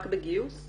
רק בגיוס?